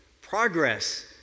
Progress